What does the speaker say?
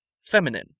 Feminine